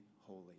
holy